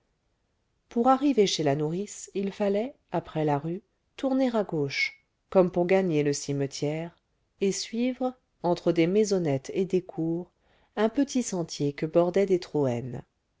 pour arriver chez la nourrice il fallait après la rue tourner à gauche comme pour gagner le cimetière et suivre entre des maisonnettes et des cours un petit sentier que bordaient des